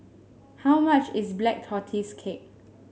how much is Black Tortoise Cake